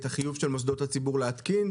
את החיוב של מוסדות הציבור להתקין,